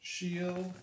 shield